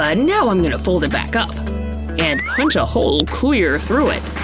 ah now i'm gonna fold it back up and punch a hole clear through it.